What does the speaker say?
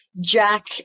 Jack